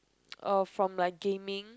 uh for like gaming